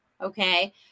okay